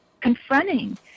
confronting